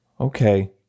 Okay